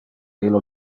illo